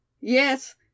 Yes